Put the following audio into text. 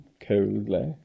coldly